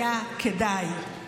היה כדאי.